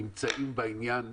נמצאים בעניין,